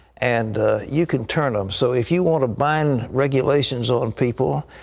and you can turn them. so if you want to bind regulations on people,